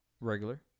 regular